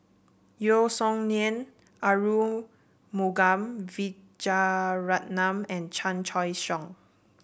Yeo Song Nian Arumugam Vijiaratnam and Chan Choy Siong